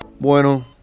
Bueno